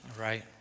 Right